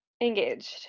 engaged